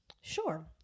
Sure